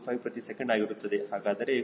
00025 ಪ್ರತಿ ಸೆಕೆಂಡ್ ಆಗಿರುತ್ತದೆ